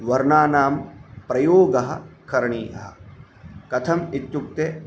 वर्णानां प्रयोगः करणीयः कथम् इत्युक्ते